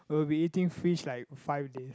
we will be eating fish like five days